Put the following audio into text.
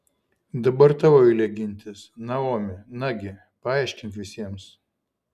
dabar tavo eilė gintis naomi nagi paaiškink visiems